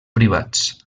privats